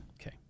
Okay